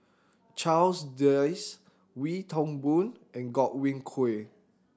Charles Dyce Wee Toon Boon and Godwin Koay